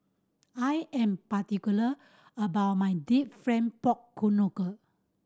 I am particular about my deep pork knuckle